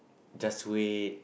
just wait